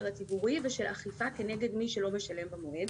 הציבורי ושל אכיפה כנגד מי שלא משלם במועד.